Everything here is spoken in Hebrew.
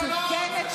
זה סכנה.